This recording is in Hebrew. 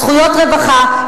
זכויות רווחה,